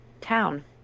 town